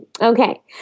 Okay